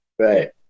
Right